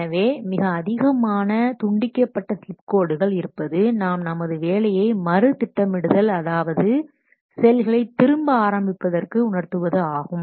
எனவே மிக அதிகமான துண்டிக்கப்பட்ட ஸ்லிப் கோடுகள் இருப்பது நாம் நமது வேலையை மறு திட்டமிடுதல் அதாவது செயல்களை திரும்ப ஆரம்பிப்பதற்கு உணர்த்துவது ஆகும்